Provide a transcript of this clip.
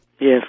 yes